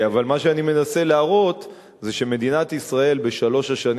אבל מה שאני מנסה להראות זה שמדינת ישראל בשלוש השנים